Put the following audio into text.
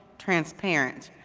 transparent,